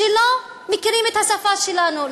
שלא מכירים את השפה שלנו,